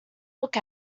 look